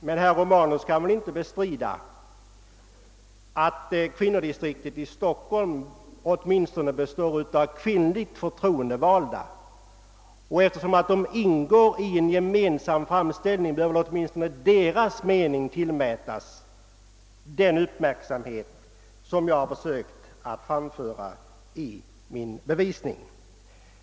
Men herr Romanus kan väl inte bestrida att kvinnodistriktet i Stockholm består av kvinnliga förtroendevalda. Eftersom de ingår i en gemensam framställning bör väl åtminstone deras mening tillmätas den uppmärksamhet som jag har försökt framföra i min bevisning.